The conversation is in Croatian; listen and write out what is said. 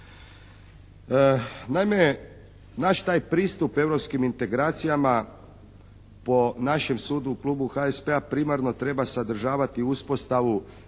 Naime naš traj pristup europskim integracijama po našem sudu u Klubu HSP-a primarno treba sadržavati uspostavu